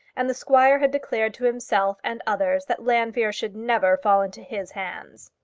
and the squire had declared to himself and others that llanfeare should never fall into his hands.